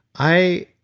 i